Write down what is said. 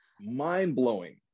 mind-blowing